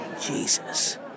Jesus